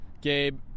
Gabe